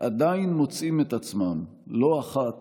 עדיין מוצאים את עצמם לא אחת